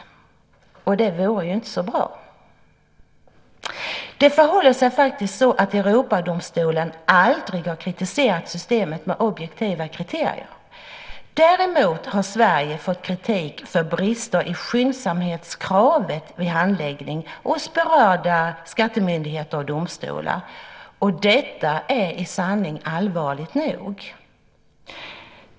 Det vore inte så bra. Det förhåller sig faktiskt så att Europadomstolen aldrig har kritiserat systemet med objektiva kriterier. Däremot har Sverige fått kritik för brister i skyndsamheten vid handläggning hos berörda skattemyndigheter och domstolar. Detta är i sanning allvarligt nog.